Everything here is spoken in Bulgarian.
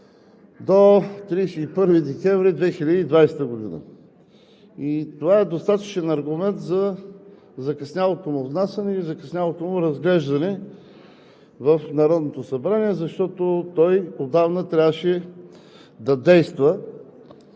до 31 декември 2020 г. Това е достатъчен аргумент за закъснялото му внасяне и закъснялото му разглеждане в Народното събрание, защото той отдавна трябваше да действа